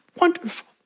wonderful